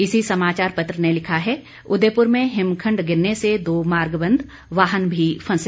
इसी समाचार पत्र ने लिखा है उदयपुर में हिमखंड गिरने से दो मार्ग बंद वाहन भी फंसे